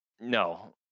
No